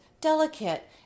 delicate